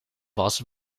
was